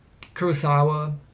Kurosawa